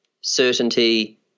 certainty